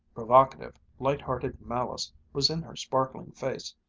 provocative, light-hearted malice was in her sparkling face.